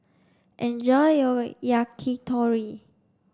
enjoy your Yakitori